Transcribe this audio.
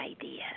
idea